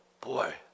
boy